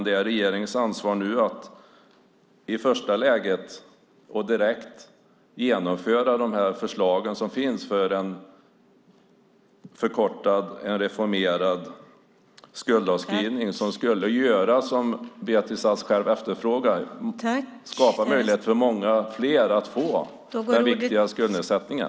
Det är regeringens ansvar nu att i första läget och direkt genomföra de förslag som finns för en förkortad och reformerad skuldavskrivning som skulle, som Beatrice Ask själv efterfrågar, skapa möjlighet för många fler att få den viktiga skuldnedsättningen.